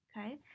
okay